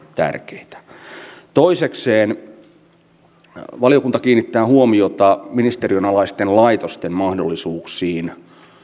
tärkeitä toisekseen valiokunta kiinnittää huomiota ministeriön alaisten laitosten mahdollisuuksiin